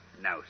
No